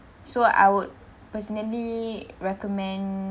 so I would personally recommend